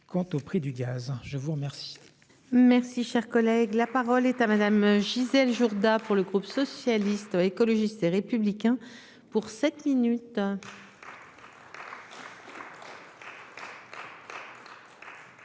Quant au prix du gaz hein. Je vous remercie. Merci, cher collègue, la parole est à madame Gisèle Jourda pour le groupe socialiste, écologiste et républicain pour sept minutes.